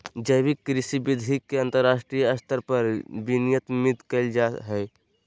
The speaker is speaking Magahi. जैविक कृषि विधि के अंतरराष्ट्रीय स्तर पर विनियमित कैल जा हइ